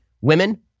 women